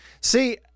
See